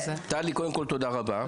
טלי, קודם כל תודה רבה.